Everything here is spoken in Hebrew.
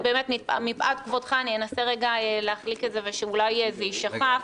באמת מפאת כבודך אני אנסה להחליק את זה ושאולי זה יישכח,